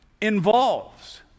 involves